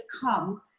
come